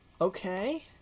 Okay